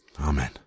Amen